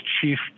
chief